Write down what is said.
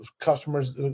customers